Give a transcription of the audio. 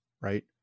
right